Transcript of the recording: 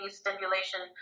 stimulation